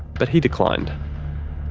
but he declined.